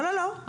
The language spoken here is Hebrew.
לא, לא, לא.